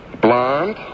Blonde